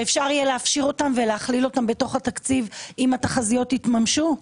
שאפשר יהיה להפשיר אותם ולהכליל אותם בתוך התקציב אם התחזיות יתממשו?